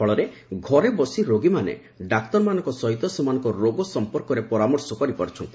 ଫଳରେ ଘରେ ବସି ରୋଗୀମାନେ ଡାକ୍ତରମାନଙ୍କ ସହିତ ସେମାନଙ୍କ ରୋଗ ସଂପର୍କରେ ପରାମର୍ଶ କରିପାରୁଛନ୍ତି